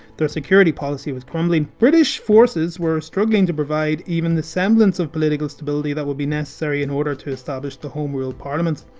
their security policy was crumbling. british forces were struggling to provide even the semblance of political stability that would be necessary in order to establish the home rule in